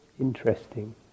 interesting